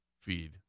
feed